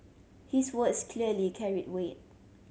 his words clearly carried weight